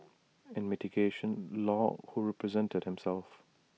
in mitigation law who represented himself